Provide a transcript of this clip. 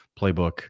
playbook